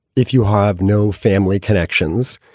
if you have no family connections.